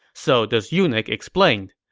so this eunuch explained,